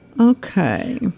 Okay